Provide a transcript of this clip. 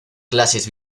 clases